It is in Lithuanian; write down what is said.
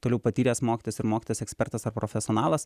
toliau patyręs mokytojas ir mokytojas ekspertas ar profesionalas